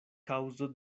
kaŭzo